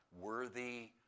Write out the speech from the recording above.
worthy